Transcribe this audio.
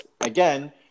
again